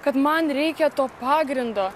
kad man reikia to pagrindo